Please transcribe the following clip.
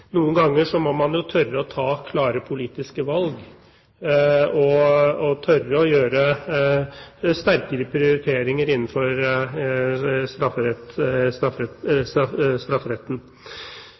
Noen ganger må man tørre å ta klare politiske valg og tørre å gjøre sterkere prioriteringer innenfor